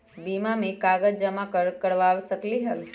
बीमा में कागज जमाकर करवा सकलीहल?